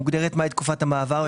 מוגדרת תקופת המעבר.